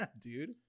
dude